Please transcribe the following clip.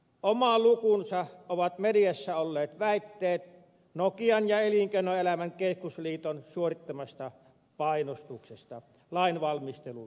oma lukunsa ovat mediassa olleet väitteet nokian ja elinkeinoelämän keskusliiton suorittamasta painostuksesta lainvalmistelun yhteydessä